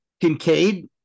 Kincaid